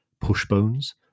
pushbones